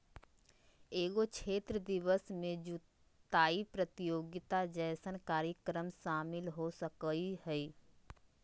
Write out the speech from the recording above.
एगो क्षेत्र दिवस में जुताय प्रतियोगिता जैसन कार्यक्रम शामिल हो सकय हइ